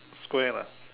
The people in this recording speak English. Square lah